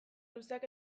luzeak